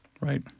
Right